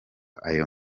ayo